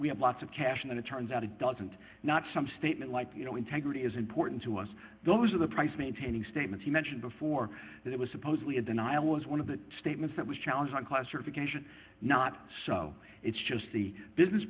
have lots of cash and it turns out it doesn't not some statement like you know integrity is important to us those are the price maintaining statements you mentioned before that it was supposedly a denial was one of the statements that was challenged on classification not so it's just the business